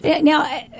now